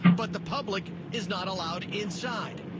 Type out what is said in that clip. but the public is not allowed inside.